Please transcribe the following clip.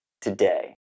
today